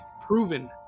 proven